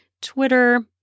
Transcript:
Twitter